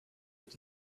that